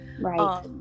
Right